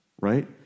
right